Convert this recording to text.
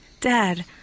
Dad